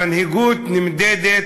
המנהיגות נמדדת,